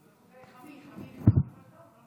זה חמי, חמי, אבל טוב, לא